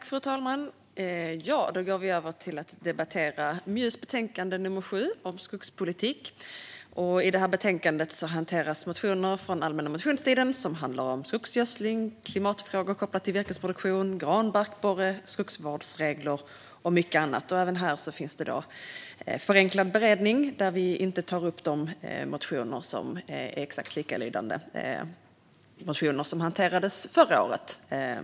Fru talman! Då går vi över till att debattera MJU:s betänkande nr 7 om skogspolitik. I detta betänkande hanteras motioner från allmänna motionstiden om skogsgödsling, klimatfrågor kopplat till virkesproduktion, granbarkborren, skogsvårdsregler och mycket annat. Även här har vi en förenklad beredning och tar inte upp de motioner som är exakt likalydande de motioner som hanterades förra året.